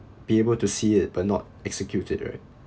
be able to see it but not execute it right